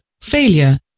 failure